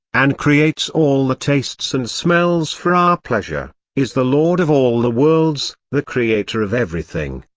and creates all the tastes and smells for our pleasure, is the lord of all the worlds, the creator of everything,